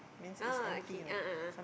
oh okay a'ah ah